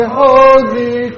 holy